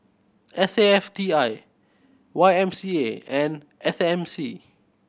S A F T I Y M C A and S M C